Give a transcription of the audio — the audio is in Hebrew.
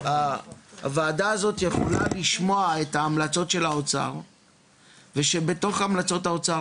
הוועדה הזאת יכולה לשמוע את ההמלצות של האוצר ושבתוך המלצות האוצר,